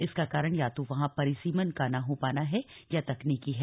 इसका कारण या तो वहां परिसीमन का न हो पाना है या तकनीकी है